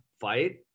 fight